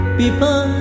people